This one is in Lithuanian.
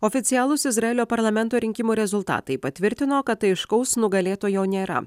oficialūs izraelio parlamento rinkimų rezultatai patvirtino kad aiškaus nugalėtojo nėra